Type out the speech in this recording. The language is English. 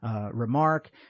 remark